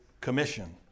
Commission